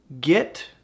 get